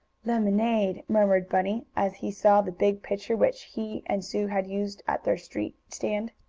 lemonade! murmured bunny, as he saw the big pitcher which he and sue had used at their street stand.